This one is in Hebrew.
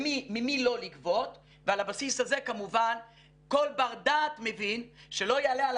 ממי לא לגבות ועל הבסיס הזה כמובן כל בר-דעת מבין שלא יעלה על